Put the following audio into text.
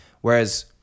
Whereas